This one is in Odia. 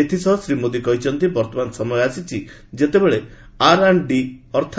ଏଥିସହ ଶ୍ରୀ ମୋଦି କହିଛନ୍ତି ବର୍ତ୍ତମାନ ସମୟ ଆସିଛି ଯେତେବେଳେ ଆର୍ ଆଣ୍ଡ ଡିର ଅର୍ଥ